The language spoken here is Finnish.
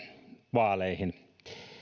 vaaleihin